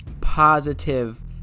positive